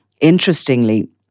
interestingly